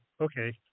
okay